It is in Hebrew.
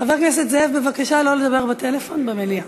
חבר הכנסת זאב, בבקשה לא לדבר בטלפון במליאה.